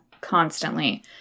constantly